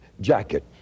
jacket